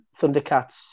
Thundercats